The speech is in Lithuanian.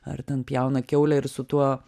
ar ten pjauna kiaulę ir su tuo